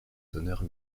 honneurs